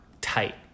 tight